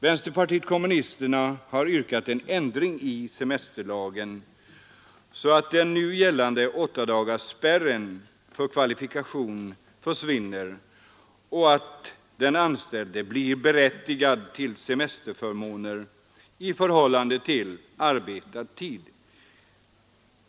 Vänsterpartiet kommunisterna har yrkat på en ändring i semesterlagen så att den nu gällande åttadagarsspärren för kvalifikation försvinner och så att den anställde blir berättigad till semesterförmåner i förhållande till arbetad tid.